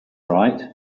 right